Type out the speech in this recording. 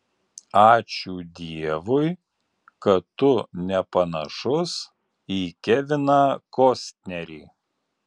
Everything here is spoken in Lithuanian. ačiū dievui kad tu nepanašus į keviną kostnerį